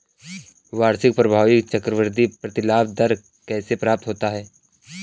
वार्षिक प्रभावी चक्रवृद्धि प्रतिलाभ दर कैसे प्राप्त होता है?